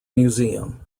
museum